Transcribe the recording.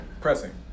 pressing